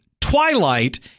Twilight